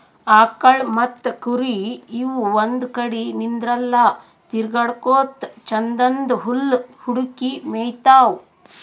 ಆಕಳ್ ಮತ್ತ್ ಕುರಿ ಇವ್ ಒಂದ್ ಕಡಿ ನಿಂದ್ರಲ್ಲಾ ತಿರ್ಗಾಡಕೋತ್ ಛಂದನ್ದ್ ಹುಲ್ಲ್ ಹುಡುಕಿ ಮೇಯ್ತಾವ್